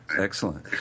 Excellent